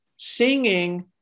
singing